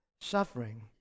suffering